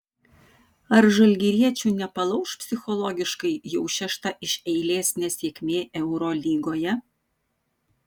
ar žalgiriečių nepalauš psichologiškai jau šešta iš eilės nesėkmė eurolygoje